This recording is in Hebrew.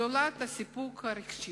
זולת הסיפוק הרגשי.